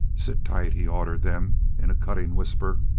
sit tight! he ordered them in a cutting whisper.